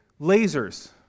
lasers